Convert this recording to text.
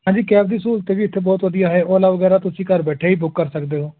ਹਾਂਜੀ ਕੈਬ ਦੀ ਸਹੂਲਤ ਵੀ ਇੱਥੇ ਬਹੁਤ ਵਧੀਆ ਹੈ ਓਲਾ ਵਗੈਰਾ ਤੁਸੀਂ ਘਰ ਬੈਠੇ ਹੀ ਬੁੱਕ ਕਰ ਸਕਦੇ ਹੋ